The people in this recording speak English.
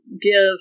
give